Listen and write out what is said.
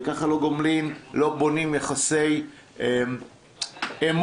וככה לא בונים יחסי אמון.